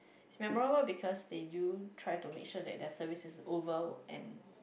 it's memorable because they do try to make sure that their service is oval and